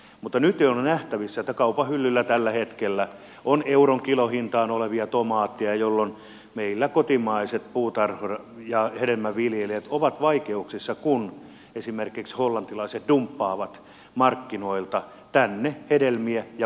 mutta nyt on jo nähtävissä että kaupan hyllyillä tällä hetkellä on euron kilohintaan olevia tomaatteja jolloin meillä kotimaiset puutarha ja hedelmäviljelijät ovat vaikeuksissa kun esimerkiksi hollantilaiset dumppaavat markkinoilta tänne hedelmiä ja vihanneksia